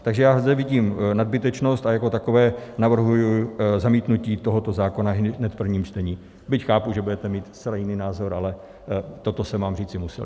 Takže zde vidím nadbytečnost a jako takové navrhuji zamítnutí tohoto zákona hned v prvním čtení, byť chápu, že budete mít zcela jiný názor, ale toto jsem vám říci musel.